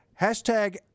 Hashtag